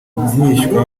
mwishywa